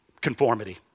conformity